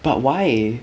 but why